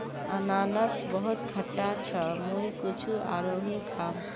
अनन्नास बहुत खट्टा छ मुई कुछू आरोह खाम